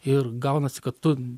ir gaunasi kad tu